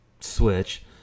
Switch